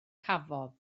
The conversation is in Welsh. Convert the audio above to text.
cafodd